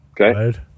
okay